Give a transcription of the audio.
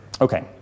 Okay